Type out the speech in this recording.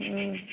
हूँ